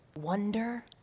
Wonder